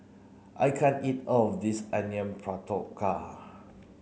I can't eat all of this Onion Pakora